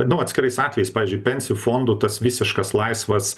nu atskirais atvejais pavyzdžiui pensijų fondų tas visiškas laisvas